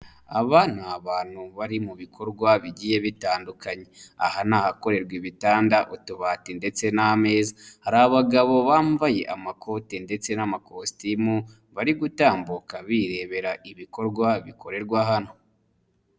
Aba ni abantu bari mu bikorwa bigiye bitandukanye aha ni ahakorerwa ibitanda, utubati ndetse n'ameza, hari abagabo bambaye amakoti ndetse n'amakositimu bari gutambuka birebera ibikorwa bikorerwa hano.